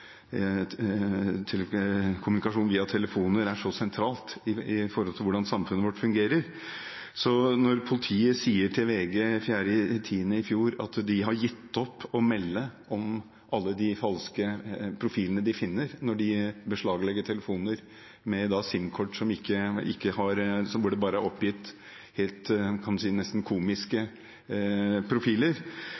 kommunikasjon via telefon er så sentralt med hensyn til hvordan samfunnet vårt fungerer. Så når politiet sier til VG 1. oktober i fjor at de har gitt opp å melde om alle de falske profilene de finner når de beslaglegger telefoner med SIM-kort – hvor det bare er oppgitt nesten komiske profiler, som